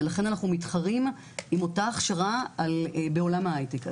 ולכן אנחנו מתחרים עם אותה הכשרה בעולם ההייטק.